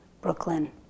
Brooklyn